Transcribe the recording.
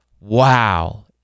wow